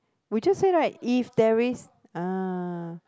we just say right if there is ah